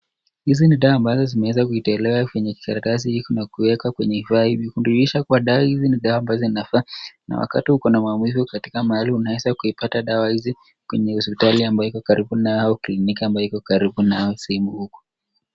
Hizi ni dawa ambazo zimeweza kutolewa kwenye karatasi hii na kuwekwa kwenye vifaa hii kudhihirisha kuwa dawa hizi ni dawa ambazo zinafaa na wakati uko na maumivu katika mahali unaweza kuipata dawa hizi kwenye hospitali ambayo iko karibu nawe au kliniki ambayo iko karibu nawe sehemu huku .